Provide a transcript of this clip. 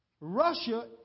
Russia